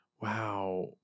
Wow